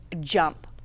jump